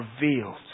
revealed